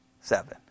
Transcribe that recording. seven